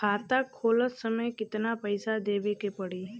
खाता खोलत समय कितना पैसा देवे के पड़ी?